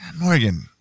Morgan